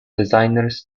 designers